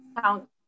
count